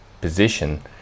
position